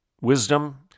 Wisdom